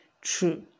true